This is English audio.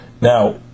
Now